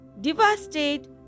devastated